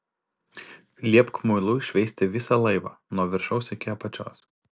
liepk muilu iššveisti visą laivą nuo viršaus iki apačios